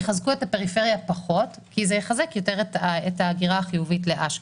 יחזקו את הפריפריה פחות כי הן יחזקו יותר את ההגירה החיובית לאשקלון.